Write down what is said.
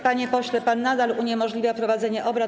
Panie pośle, pan nadal uniemożliwia prowadzenie obrad.